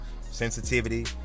Sensitivity